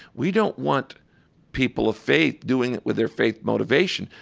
we don't want people of faith doing it with their faith motivation,